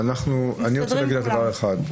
אנחנו מסתדרים ככה מצוין.